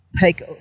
take